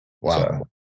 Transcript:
Wow